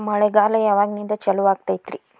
ಮಳೆಗಾಲ ಯಾವಾಗಿನಿಂದ ಚಾಲುವಾಗತೈತರಿ?